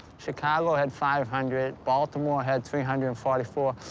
chicago had five hundred, baltimore had three hundred and forty four,